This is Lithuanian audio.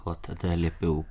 o tada liepiau